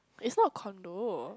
it's not condo